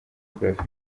kureba